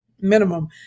Minimum